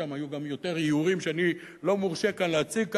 שם היו גם יותר איורים שאני לא מורשה כאן להציג ככה,